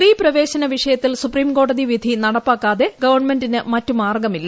സ്ത്രീപ്രവേശന വിഷയത്തിൽ സുപ്രിംകോടതി വിധി നടപ്പാക്കാതെ ഗവൺമെന്റിന് മറ്റ് മാർഗ്ഗമില്ല